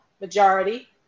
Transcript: majority